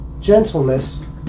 Gentleness